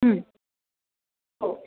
हं हो